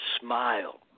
smile